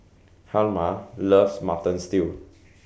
Hjalmar loves Mutton Stew